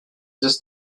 just